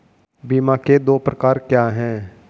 बीमा के दो प्रकार क्या हैं?